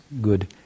good